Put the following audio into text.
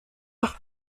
par